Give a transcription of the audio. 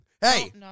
Hey